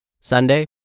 Sunday